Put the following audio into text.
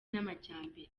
n’amajyambere